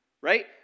right